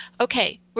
Okay